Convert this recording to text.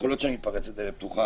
יכול להיות שאני מתפרץ לדלת פתוחה,